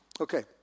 Okay